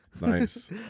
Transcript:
Nice